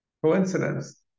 coincidence